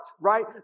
right